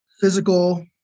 Physical